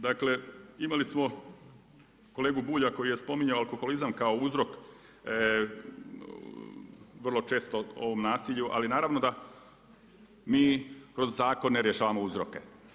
Dakle, imali smo kolegu Bulja koji je spominjao alkoholizam kao uzrok vrlo često ovom nasilju, ali naravno da mi kroz zakone rješavamo uzroke.